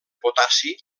potassi